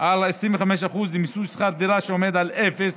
על 25%, למיסוי שכר דירה, העומד על אפס